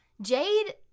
Jade